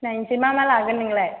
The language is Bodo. नायसै मा मा लागोन नोंलाय